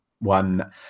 One